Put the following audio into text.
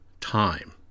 time